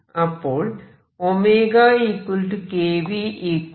അപ്പോൾ k v